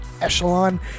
Echelon